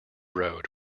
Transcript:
road